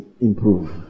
improve